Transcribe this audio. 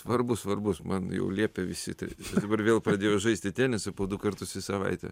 svarbus svarbus man jau liepė visi tai dabar vėl pradėjau žaisti tenisą po du kartus į savaitę